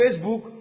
Facebook